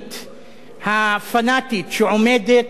שעומדת לכהניסט,